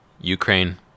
Ukraine